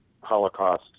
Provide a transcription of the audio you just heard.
Holocaust